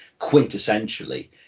quintessentially